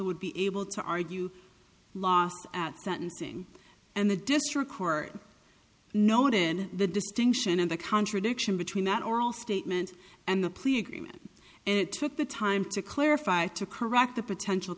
counsel would be able to argue last at sentencing and the district court no not in the distinction in the contradiction between that oral statement and the plea agreement and it took the time to clarify to correct the potential